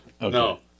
No